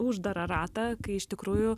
uždarą ratą kai iš tikrųjų